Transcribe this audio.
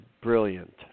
brilliant